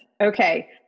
Okay